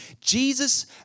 Jesus